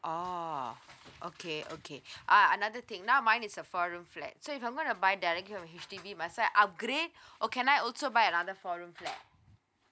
oh okay okay uh another thing now mine is a four room flat so if I'm going to buy directly from H_D_B must I upgrade or can I also buy another four room flat